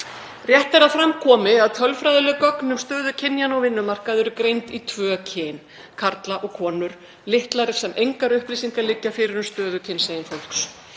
Rétt er að fram komi að tölfræðileg gögn um stöðu kynjanna á vinnumarkaði eru greind í tvö kyn: karla og konur. Litlar sem engar upplýsingar liggja fyrir um stöðu kynsegin fólks.